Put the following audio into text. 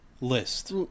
list